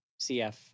CF